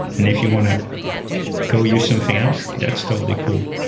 and if you want to go use something else, that's totally cool,